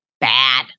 bad